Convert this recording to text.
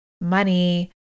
money